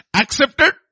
accepted